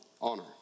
honor